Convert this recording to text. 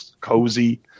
cozy